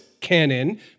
canon